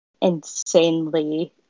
insanely